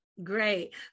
Great